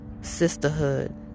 sisterhood